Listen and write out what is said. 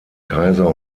kaiser